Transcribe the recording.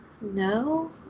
no